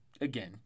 again